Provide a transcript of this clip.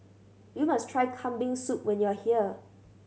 you must try Kambing Soup when you are here